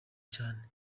cyane